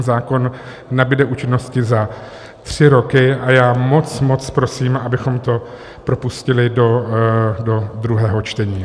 Zákon nabude účinnosti za tři roky a já moc, moc prosím, abychom to propustili do druhého čtení.